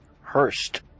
Hurst